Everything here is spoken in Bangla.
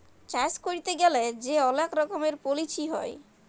চাষ ক্যইরতে গ্যালে যে অলেক রকমের পলিছি হ্যয়